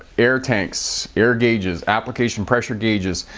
air tanks, air gauges, application pressure gauges,